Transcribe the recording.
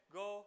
go